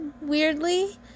weirdly